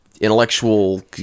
intellectual